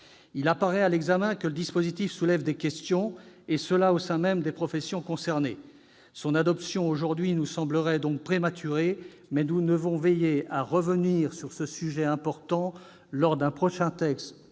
Il apparaît, à l'examen, que le dispositif soulève des questions, et ce au sein même des professions concernées. Son adoption aujourd'hui nous semblerait donc prématurée, mais nous devrons veiller à revenir sur ce sujet important lors d'un de l'examen